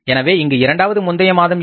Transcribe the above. எனவே இங்கு இரண்டாவது முந்தைய மாதம் எது